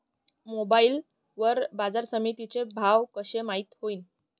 Mobile वर बाजारसमिती चे भाव कशे माईत होईन?